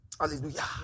Hallelujah